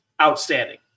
outstanding